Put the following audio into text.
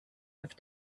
have